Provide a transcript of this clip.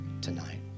tonight